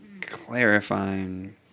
clarifying